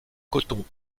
coton